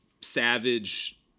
savage